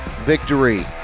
victory